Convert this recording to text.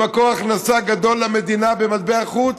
למקור הכנסה גדול למדינה במטבע חוץ,